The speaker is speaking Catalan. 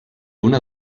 una